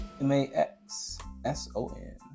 M-A-X-S-O-N